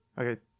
Okay